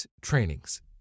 trainings